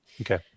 Okay